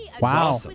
Wow